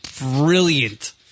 brilliant